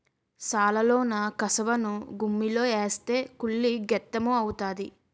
సాలలోన కసవను గుమ్మిలో ఏస్తే కుళ్ళి గెత్తెము అవుతాది